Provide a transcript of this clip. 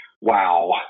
wow